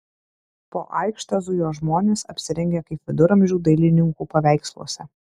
po aikštę zujo žmonės apsirengę kaip viduramžių dailininkų paveiksluose